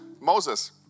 Moses